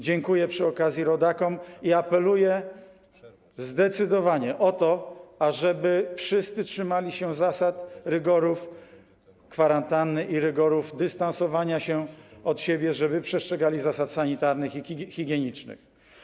Dziękuję przy okazji rodakom i apeluję zdecydowanie o to, żeby wszyscy trzymali się zasad, rygorów kwarantanny i rygorów dystansowania się od siebie, żeby przestrzegali zasad sanitarnych i higienicznych.